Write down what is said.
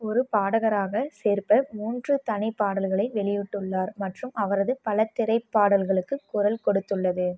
ஒரு பாடகராக சேர்ப்ப மூன்று தனிப்பாடல்களை வெளியிட்டுள்ளார் மற்றும் அவரது பல திரைப் பாடல்களுக்கு குரல் கொடுத்துள்ளது